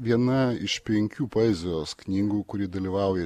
viena iš penkių poezijos knygų kuri dalyvauja